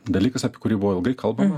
dalykas apie kurį buvo ilgai kalbama